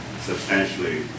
substantially